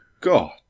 God